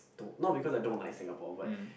not because I don't like Singapore but